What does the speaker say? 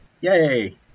Yay